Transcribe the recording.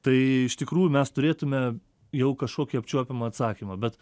tai iš tikrųjų mes turėtume jau kažkokį apčiuopiamą atsakymą bet